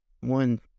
One